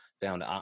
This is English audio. found